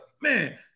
man